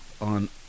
on